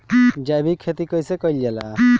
जैविक खेती कईसे कईल जाला?